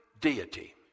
deity